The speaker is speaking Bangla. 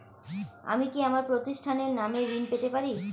আমি কি আমার প্রতিষ্ঠানের নামে ঋণ পেতে পারি?